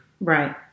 Right